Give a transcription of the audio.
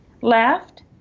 left